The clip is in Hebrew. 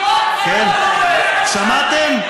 שמעתם?